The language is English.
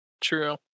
True